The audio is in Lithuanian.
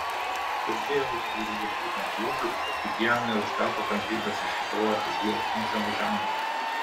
kalbėjo įkyriai ir būtent liudui tik jam neužteko kantrybės iššifruoti jos siunčiamus ženklus